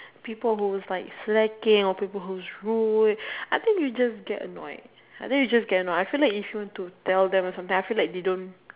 people who's like slacking or people who's rude I think you just get annoyed I think you just get annoyed I feel like you shouldn't to tell them or something I feel like they don't